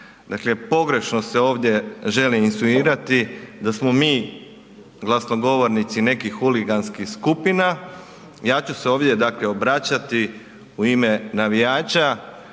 Dakle, pogrešno se ovdje želi insinuirati da smo mi glasnogovornici nekih huliganskih skupina. Ja ću se ovdje dakle obraćati u ime navijača